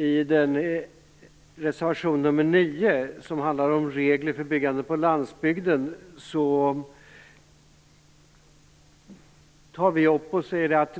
I reservation nr 9, som handlar om regler för byggande på landsbygden, säger vi att